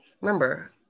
remember